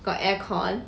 got air con